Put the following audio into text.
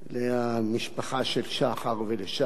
למשפחה של שחר ולשחר.